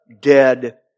dead